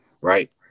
Right